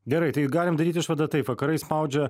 gerai tai galim daryt išvadą taip vakarai spaudžia